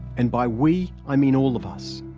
and by we, i mean all of us.